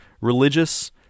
Religious